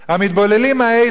המתבוללים האלה,